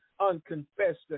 unconfessed